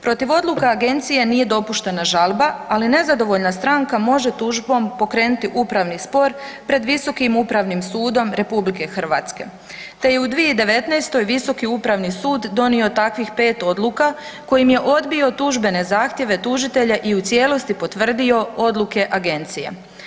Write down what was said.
Protiv odluka agencije nije dopuštena žalba, ali nezadovoljna stranka može tužbom pokrenuti upravni spor pred Visokim upravnim sudom RH, te je u 2019. visoki upravni sud donio takvih 5 odluka kojim je odbio tužbene zahtjeve tužitelja i u cijelosti potvrdio odluke agencija.